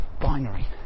binary